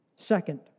Second